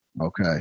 Okay